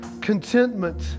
contentment